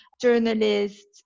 journalists